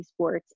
esports